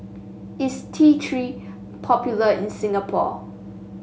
is T Three popular in Singapore